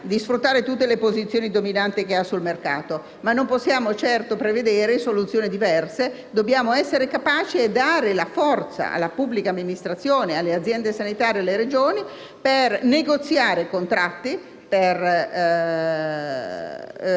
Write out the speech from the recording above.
di sfruttare tutte le posizioni dominanti che ha sul mercato, ma non possiamo certo prevedere soluzioni diverse. Dobbiamo essere capaci di conferire alla pubblica amministrazione, alle aziende sanitarie e alle Regioni la forza per negoziare contratti e